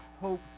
hope